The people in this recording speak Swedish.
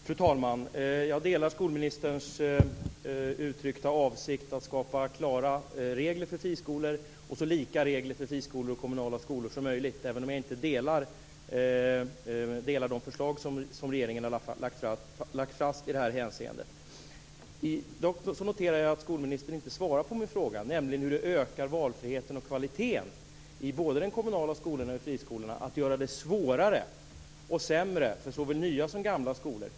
Fru talman! Jag delar skolministerns uttryckta avsikt att skapa klara regler för friskolor och så lika regler som möjligt för friskolor och kommunala skolor, även om jag inte delar de förslag som regeringen har lagt fast i det här hänseendet. Jag noterar att skolministern inte svarade på min fråga, nämligen hur man ökar valfriheten och kvaliteten i både den kommunala skolan och i friskolorna genom att göra det svårare och sämre för såväl nya som gamla skolor.